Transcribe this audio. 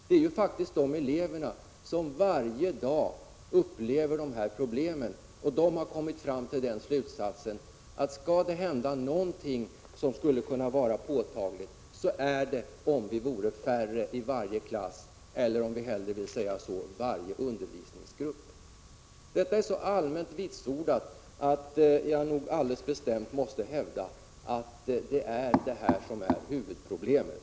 Det är ju faktiskt de, eleverna, som varje dag upplever problemen, och de har kommit fram till den slutsatsen att skall det hända någonting påtagligt så måste de vara färre i varje klass — eller, om man hellre vill säga så, i varje undervisningsgrupp. Detta är så allmänt vitsordat att jag alldeles bestämt måste hävda att det är detta som är huvudproblemet.